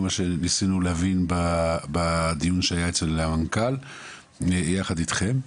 מה שניסינו להבין בדיון שהיה אצל המנכ"ל ביחד איתכם.